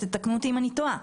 תקנו אותי אם אני טועה.